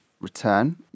return